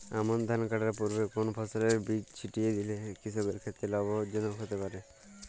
আমন ধান কাটার পূর্বে কোন ফসলের বীজ ছিটিয়ে দিলে কৃষকের ক্ষেত্রে লাভজনক হতে পারে?